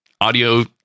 audio